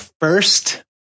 first